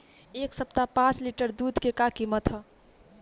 एह सप्ताह पाँच लीटर दुध के का किमत ह?